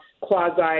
quasi